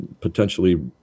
potentially